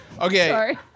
Okay